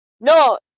no